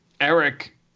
eric